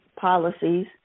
policies